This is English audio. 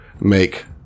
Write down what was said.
make